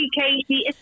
Katie